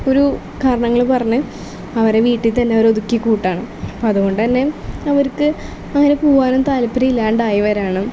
ഒരു കാരണങ്ങൾ പറഞ്ഞ് അവരെ വീട്ടിൽ തന്നെ അവർ ഒതുക്കി കൂട്ടുകയാണ് അതുകൊണ്ട് തന്നെ അവർക്ക് അങ്ങനെ പോവാനും താല്പര്യം ഇല്ലാതായി വരുകയാണ്